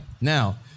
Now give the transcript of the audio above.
Now